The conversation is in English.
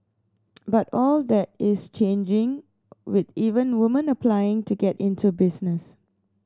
but all that is changing with even woman applying to get into business